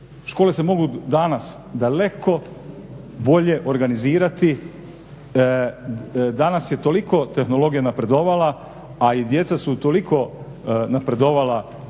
Škole se mogu danas daleko bolje organizirati, danas je toliko napredovala a i djeca su toliko napredovala